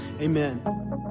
Amen